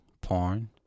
porn